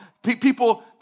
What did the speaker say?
People